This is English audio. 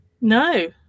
No